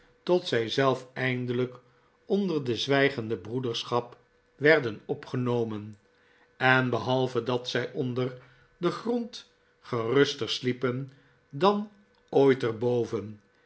tot zij zelf eindelijk onder de zwijgende broederschap werden opgenomen en behalve dat zij onder den grond geruster sliepen dan ooit